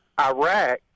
Iraq